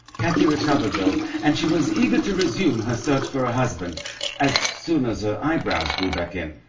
kathy recovered, though, and she was eager to resume her search for a husband as soon as her eyebrows grew back in.